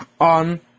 on